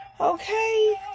okay